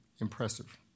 impressive